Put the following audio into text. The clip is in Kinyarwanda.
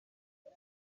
uwo